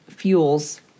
fuels